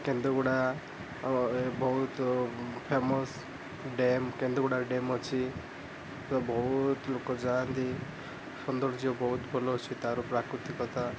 କେନ୍ଦୁବୁଡ଼ା ଓ ଏ ବହୁତ ଫେମସ୍ ଡେମ୍ କେନ୍ଦୁବୁଡ଼ା ଡେମ୍ ଅଛି ବହୁତ ଲୋକ ଯାଆନ୍ତି ସୌନ୍ଦର୍ଯ୍ୟ ବହୁତ ଭଲ ଶୁ ତାର ପ୍ରାକୃତିକତା